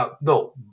No